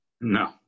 No